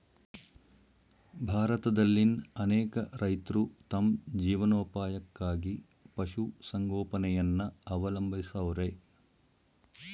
ಭಾರತದಲ್ಲಿನ್ ಅನೇಕ ರೈತ್ರು ತಮ್ ಜೀವನೋಪಾಯಕ್ಕಾಗಿ ಪಶುಸಂಗೋಪನೆಯನ್ನ ಅವಲಂಬಿಸವ್ರೆ